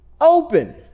open